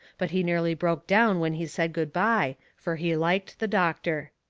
but he nearly broke down when he said good-bye, fur he liked the doctor.